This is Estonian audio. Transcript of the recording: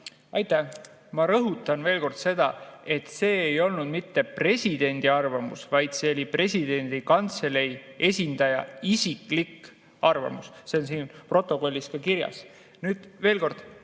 Aitäh! Ma rõhutan veel kord seda, et see ei olnud mitte presidendi arvamus, vaid see oli presidendi kantselei esindaja isiklik arvamus. See on siin protokollis ka kirjas. Nüüd veel kord: